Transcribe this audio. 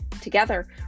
Together